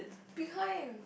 behind